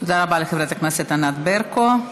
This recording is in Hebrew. תודה רבה לחברת הכנסת ענת ברקו.